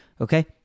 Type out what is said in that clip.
Okay